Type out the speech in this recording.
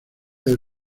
del